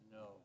No